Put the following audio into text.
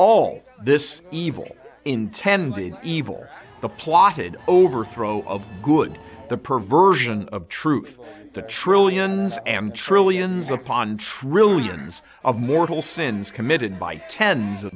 all this evil intended evil the plotted overthrow of good the perversion of truth the trillions and trillions upon trillions of mortal sins committed by tens of